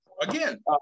Again